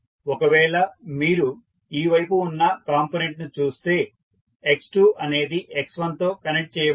ఒకవేళ మీరు ఈ వైపు ఉన్న కాంపోనెంట్ ను చూస్తే x2 అనేది x1 తో కనెక్ట్ చేయబడినది